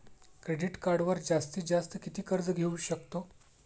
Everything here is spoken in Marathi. क्रेडिट कार्डवर जास्तीत जास्त किती कर्ज घेऊ शकतो?